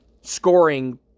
scoring